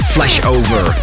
Flashover